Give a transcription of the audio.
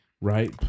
Right